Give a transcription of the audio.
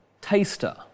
taster